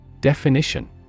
Definition